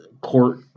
court